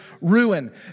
ruin